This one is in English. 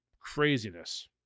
craziness